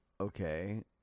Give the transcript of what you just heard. okay